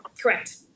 Correct